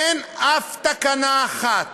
אין אף תקנה אחת,